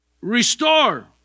Restore